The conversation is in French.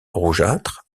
rougeâtre